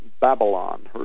Babylon